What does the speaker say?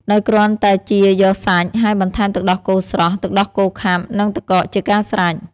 ដោយគ្រាន់តែជៀរយកសាច់ ហើយបន្ថែមទឹកដោះគោស្រស់ ទឹកដោះគោខាប់ និងទឹកកកជាការស្រេច។